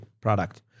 product